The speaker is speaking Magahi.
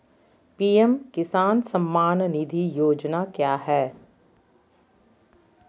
पी.एम किसान सम्मान निधि योजना क्या है?